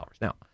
Now